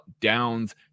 downs